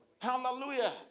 Hallelujah